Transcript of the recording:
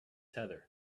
heather